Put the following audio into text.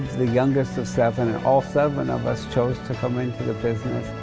the youngest of seven and all seven of us chose to come into the business.